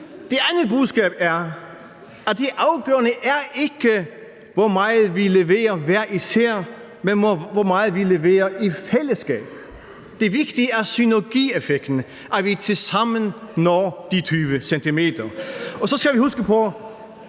Det andet budskab er, at det afgørende ikke er, hvor meget vi leverer hver især, men hvor meget vi leverer i fællesskab. Det vigtige er synergieffekten, altså at vi tilsammen når de 20 cm. Og så skal vi huske på,